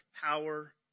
power